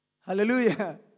Hallelujah